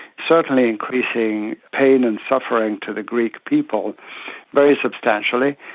certainly increasing pain and suffering to the greek people very substantially.